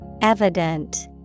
Evident